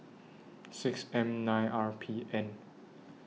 six M nine R P N